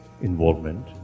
involvement